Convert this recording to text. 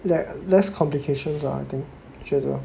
les~ less complications ah I think 觉得